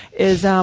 is um